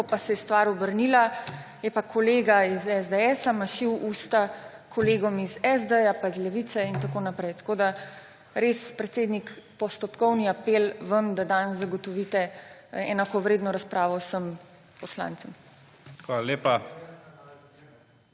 Ko se je stvar obrnila, je pa kolega iz SDS mašil usta kolegom iz SD pa iz Levice in tako naprej. Predsednik, postopkovni apel vam, da danes zagotovite enakovredno razpravo vsem poslancem. PREDSEDNIK